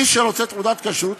מי שרוצה תעודת כשרות,